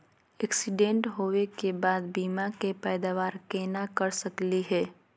Accident होवे के बाद बीमा के पैदावार केना कर सकली हे?